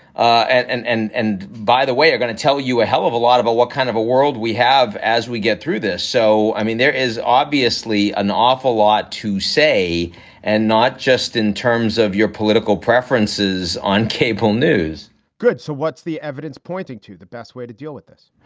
and and and by the way, i'm gonna tell you a hell of a lot about what kind of a world we have as we get through this. so, i mean, there is obviously an awful lot to say and not just in terms of your political preferences on cable news good. so what's the evidence pointing to the best way to deal with this?